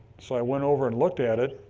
so i went over and looked at it.